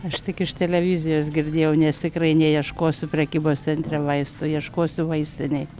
aš tik iš televizijos girdėjau nes tikrai neieškosiu prekybos centre vaistų ieškosiu vaistinėje